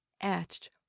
etched